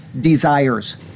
desires